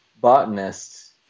botanists